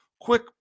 quick